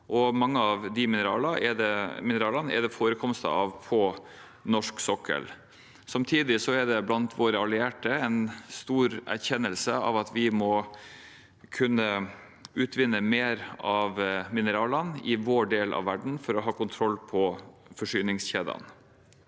og mange av de mineralene er det forekomster av på norsk sokkel. Samtidig er det blant våre allierte en stor erkjennelse av at vi må kunne utvinne mer av mineralene i vår del av verden for å ha kontroll på forsyningskjedene.